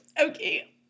Okay